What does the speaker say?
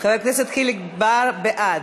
חבר הכנסת חיליק בר בעד.